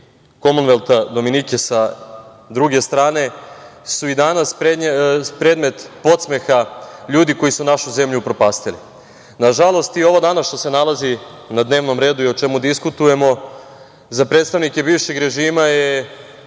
Komonvelta Dominike sa druge strane su i danas predmet podsmeha ljudi koji su našu zemlju upropastili. Na žalost i ovo danas što se nalazi na dnevnom redu i o čemu diskutujemo, za predstavnike bivšeg režima je